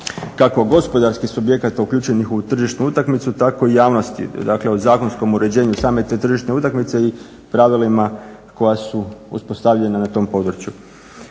kako gospodarskih subjekata uključenih u tržišnu utakmicu tako i javnosti, dakle o zakonskom uređenju same te tržišne utakmice i pravilima koja su uspostavljena na tom području.